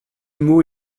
mot